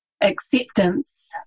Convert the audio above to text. acceptance